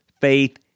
faith